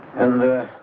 and the.